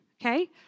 Okay